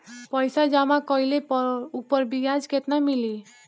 पइसा जमा कइले पर ऊपर ब्याज केतना मिली?